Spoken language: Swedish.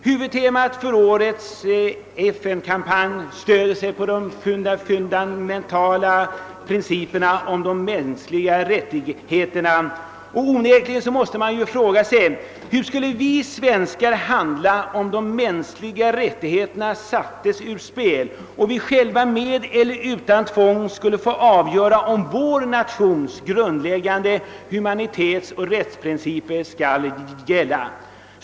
Huvudtemat för årets FN-kampanj är de fundamentala principerna om de mänskliga rättigheterna. Man frågar sig onekligen hur vi svenskar skulle handla, om de mänskliga rättigheterna sattes ur spel och vi själva med eller utan tvång skulle avgöra om vår nations grundläggande humanitetsoch rättsprinciper skall gälla.